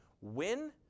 win